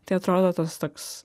tai atrodo tas toks